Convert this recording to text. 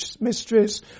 mistress